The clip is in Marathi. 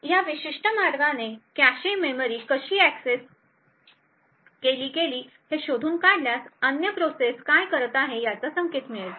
या विशिष्ट मार्गाने कॅशे मेमरी कशी एक्सेस केली गेली आहे हे शोधून काढल्यास अन्य प्रोसेस काय करत आहे याचा संकेत मिळेल